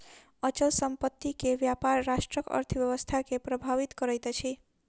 अचल संपत्ति के व्यापार राष्ट्रक अर्थव्यवस्था के प्रभावित करैत अछि